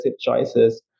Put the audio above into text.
choices